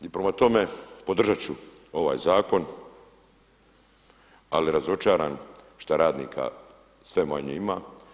I prema tome, podržat ću ovaj zakon ali razočaran što radnika sve manje ima.